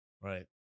Right